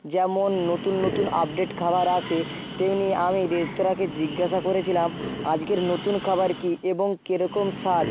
যেমন নতুন নতুন আপডেট খাবার আসে তেমনি আমি রেস্তোরাঁকে জিজ্ঞাসা করেছিলাম আজকের নতুন খাবার কী এবং কিরকম স্বাদ